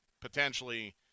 potentially –